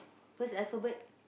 first alphabet